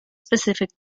specific